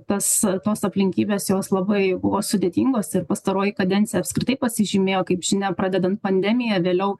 tas tos aplinkybės jos labai buvo sudėtingos ir pastaroji kadencija apskritai pasižymėjo kaip žinia pradedant pandemija vėliau